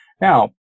Now